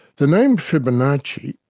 the name fibonacci,